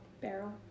barrel